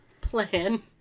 plan